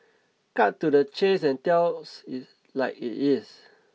cut to the chase and tells it like it is